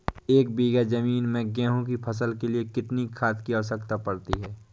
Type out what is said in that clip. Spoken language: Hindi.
एक बीघा ज़मीन में गेहूँ की फसल के लिए कितनी खाद की आवश्यकता पड़ती है?